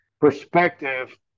perspective